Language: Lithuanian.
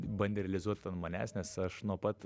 bandė realizuot ant manęs nes aš nuo pat